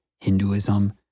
Hinduism